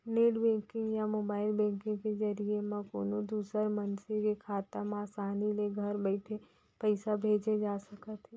net banking या mobile banking के जरिए म कोनों दूसर मनसे के खाता म आसानी ले घर बइठे पइसा भेजे जा सकत हे